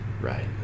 right